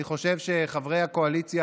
אני חושב שחברי הקואליציה,